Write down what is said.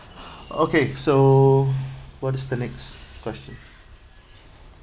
okay so what is the next question